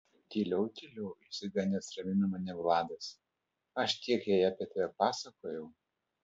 tyliau tyliau išsigandęs ramino mane vladas aš tiek jai apie tave pasakojau